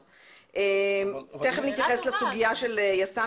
תכף נתייחס לסוגיה של יס"מניקים.